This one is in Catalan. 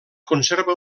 conserva